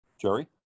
Jerry